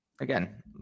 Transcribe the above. again